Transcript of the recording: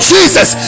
Jesus